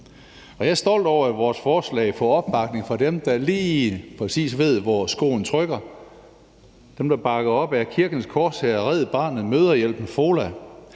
jeg er stolt over, at vores forslag får opbakning fra dem, der lige præcis ved, hvor skoen trykker. Det bliver bakket op af Kirkens Korshær og Red Barnet, Mødrehjælpen, FOLA,